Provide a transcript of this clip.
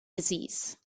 disease